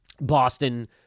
Boston